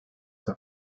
the